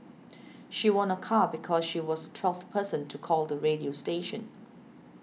she won a car because she was the twelfth person to call the radio station